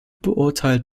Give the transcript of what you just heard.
beurteilt